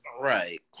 Right